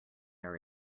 are